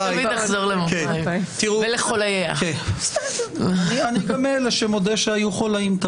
ולא שמעתי מהם שהם כופרים בצורך בתקנות,